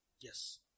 Yes